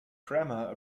grammar